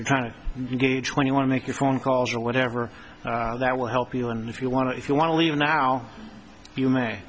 you're trying to gauge when you want to make your phone calls or whatever that will help you and if you want to if you want to leave now you may